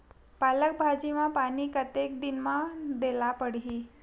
पालक भाजी म पानी कतेक दिन म देला पढ़ही?